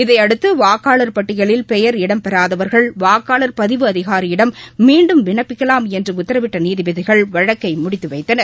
இதையடுத்து வாக்காளர் பட்டியலில் பெயர் இடம்பெறாதவர்கள் வாக்காளர் பதிவு அதிகாரியிடம் மீண்டும் விண்ணப்பிக்கலாம் என்று உத்தரவிட்ட நீதிபதிகள் வழக்கை முடித்து வைத்தனர்